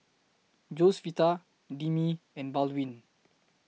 Josefita Demi and Baldwin